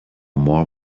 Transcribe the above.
more